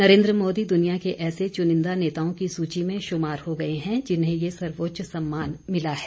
नरेन्द्र मोदी दुनिया के ऐसे चुनिंदा नेताओं की सूची में शुमार हो गए हैं जिन्हें ये सर्वोच्च सम्मान मिला है